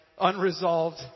unresolved